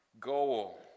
goal